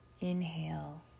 Inhale